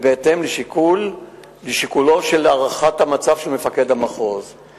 ובהתאם לשיקולו של מפקד המחוז בנוגע להערכת המצב.